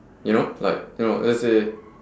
you know like you know let's say